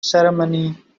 ceremony